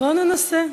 בואו ננסה.